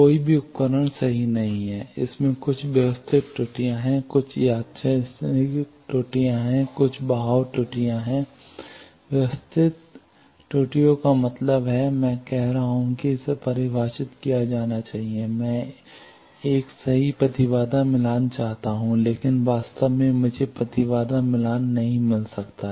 कोई भी उपकरण सही नहीं है इसमें कुछ व्यवस्थित त्रुटियां हैं कुछ यादृच्छिक त्रुटियां हैं कुछ बहाव की त्रुटियां हैं व्यवस्थित त्रुटियों का मतलब है कि मैं कह रहा हूं कि इसे परिभाषित किया जाना चाहिए मैं एक सही प्रतिबाधा मिलान चाहता हूं लेकिन वास्तव में मुझे प्रतिबाधा मिलान नहीं मिल सकता है